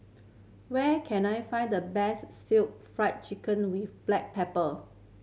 where can I find the best Stir Fried Chicken with black pepper